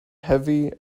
heavy